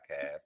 Podcast